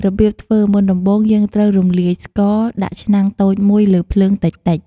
របៀបធ្វើមុនដំបូងយើងត្រូវរំលាយស្ករ ដាក់ឆ្នាំងតូចមួយលើភ្លើងតិចៗ។